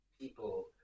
people